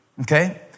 Okay